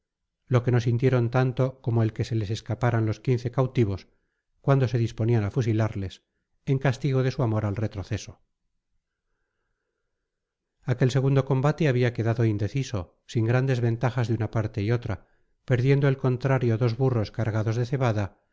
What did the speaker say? lo que no sintieron tanto como el que se les escaparan los quince cautivos cuando se disponían a fusilarles en castigo de su amor al retroceso aquel segundo combate había quedado indeciso sin grandes ventajas de una parte y otra perdiendo el contrario dos burros cargados de cebada